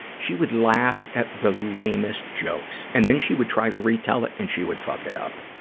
she would laugh at the lamest jokes, and then she would try to retell it, and she would fuck it up.